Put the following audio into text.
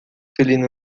filino